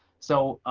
so